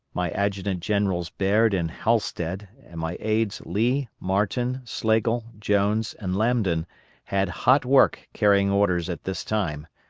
my adjutant-generals baird and halstead, and my aides lee, marten, slagle, jones, and lambdin had hot work carrying orders at this time.